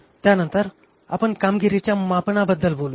त्या नंतर आपण कामगिरीच्या मापनाबद्दल बोलू